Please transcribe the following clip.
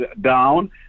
down